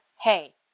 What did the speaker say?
hey